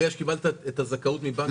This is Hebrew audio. ברגע שקיבלת זכאות מבנק אחד,